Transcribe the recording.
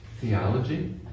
theology